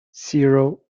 zero